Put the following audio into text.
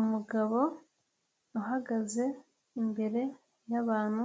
Umugabo uhagaze imbere y'abantu